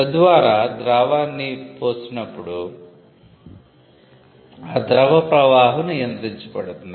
తద్వారా ద్రావాన్ని పోసేటప్పుడు ఆ ద్రవ ప్రవాహం నియంత్రించబడుతుంది